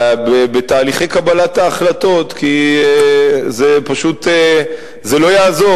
בתהליכי קבלת ההחלטות, כי זה פשוט לא יעזור.